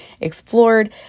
explored